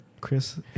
Chris